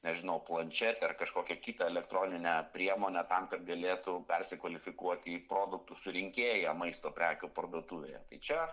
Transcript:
nežinau planšetę ar kažkokią kitą elektroninę priemonę tam kad galėtų persikvalifikuoti į produktų surinkėją maisto prekių parduotuvėje čia